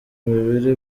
ibiri